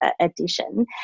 edition